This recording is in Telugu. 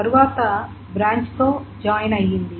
తరువాత బ్రాంచ్ తో జాయిన్ అయ్యింది